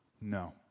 no